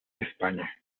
españa